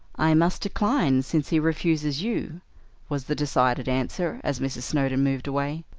i must decline, since he refuses you was the decided answer, as mrs. snowdon moved away.